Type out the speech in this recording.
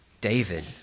David